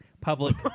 public